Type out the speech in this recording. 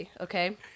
okay